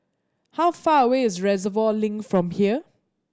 how far away is Reservoir Link from here